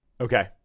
Okay